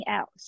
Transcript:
else